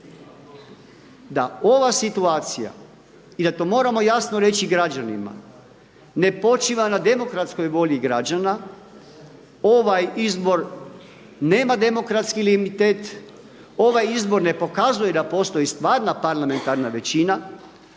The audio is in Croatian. da ova situacija i da to moramo jasno reći građanima ne počiva na demokratskoj volji građana. Ovaj izbor nema demokratski legitimitet, ovaj izbor ne pokazuje da postoji stvarna parlamentarna većina.